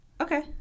Okay